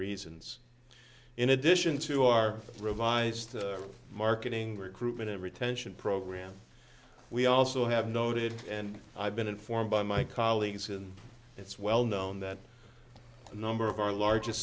reasons in addition to our revised marketing recruitment and retention program we also have noted and i've been informed by my colleagues and it's well known that number of our largest